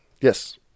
Yes